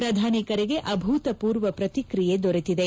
ಪ್ರಧಾನಿ ಕರೆಗೆ ಅಭೂತಪೂರ್ವ ಪ್ರತ್ರಿಯೆ ದೊರೆತಿದೆ